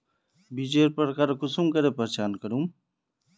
बीजेर प्रकार कुंसम करे पहचान करूम?